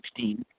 2016